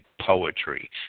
poetry